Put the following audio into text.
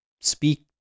speak